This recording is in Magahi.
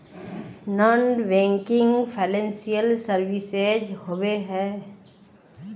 नॉन बैंकिंग फाइनेंशियल सर्विसेज होबे है?